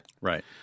Right